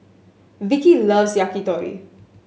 Vikki loves Yakitori